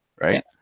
Right